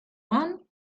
one